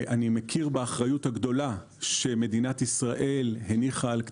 אני מכיר באחריות הגדולה שמדינת ישראל הניחה על כתפינו,